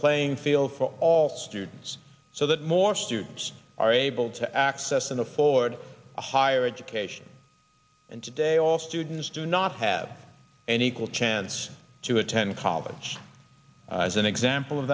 playing field for all students so that more students are able to access and afford a higher education and today all students do not have an equal chance to attend college is an example of